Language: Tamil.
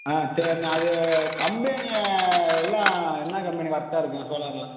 ஆ சரிண்ணே அது கம்பெனி எல்லாம் என்ன கம்பெனி கரெக்டாக இருக்கும் சோலாரெலாம்